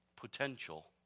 potential